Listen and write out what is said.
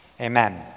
Amen